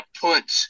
put